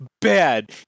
bad